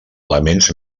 elements